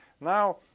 Now